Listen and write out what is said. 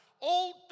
Old